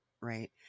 right